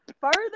Further